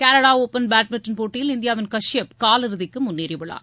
Canada Open badminton போட்டியில் இந்தியாவின் கஷ்பப் காலிறுதிக்கு முன்னேறி உள்ளார்